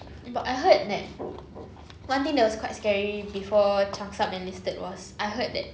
but I heard that one thing that was quite scary before changsub enlisted was I heard that